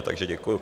Takže děkuju.